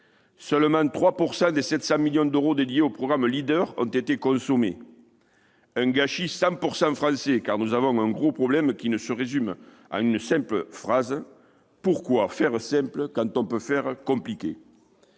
seulement 3 % des 700 millions d'euros dédiés au programme Leader ont été consommés. C'est un gâchis 100 % français, car nous avons un gros problème qui se résume en une simple phrase : pourquoi faire simple quand on peut faire compliqué ?